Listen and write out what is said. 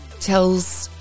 tells